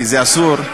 כי אסור.